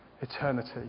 Eternity